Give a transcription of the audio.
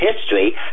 history